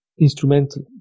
instrumental